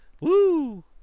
Woo